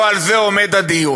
לא על זה עומד הדיון.